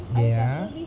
ya